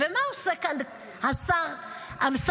ומה עושה כאן השר אמסלם?